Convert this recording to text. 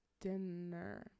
dinner